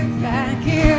maggie